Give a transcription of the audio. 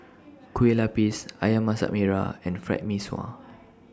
Kueh Lapis Ayam Masak Merah and Fried Mee Sua